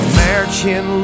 American